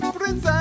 Prince